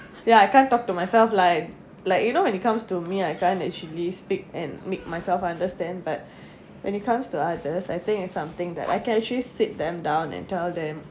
ya I can't talk to myself like like you know when it comes to me I trying actually speak and make myself understand but when it comes to others I think it's something that I can actually sit them down and tell them